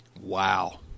Wow